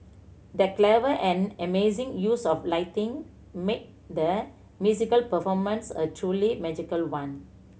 the clever and amazing use of lighting made the musical performance a truly magical one